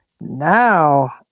now